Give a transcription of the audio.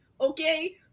Okay